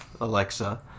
Alexa